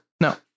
No